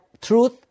truth